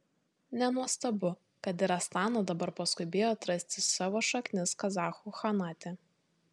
nenuostabu kad ir astana dabar paskubėjo atrasti savo šaknis kazachų chanate